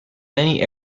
many